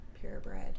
Purebred